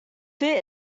fit